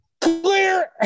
Clear